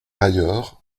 ailleurs